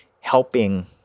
helping